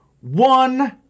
one